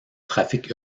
trafic